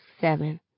Seven